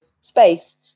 space